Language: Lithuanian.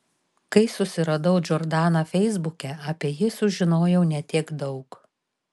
kai susiradau džordaną feisbuke apie jį sužinojau ne tiek daug